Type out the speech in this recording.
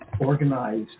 organized